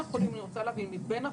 אני רוצה להבין: בין החולים,